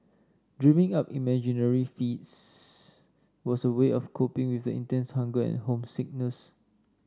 dreaming up imaginary feasts was a way of coping with intense hunger and homesickness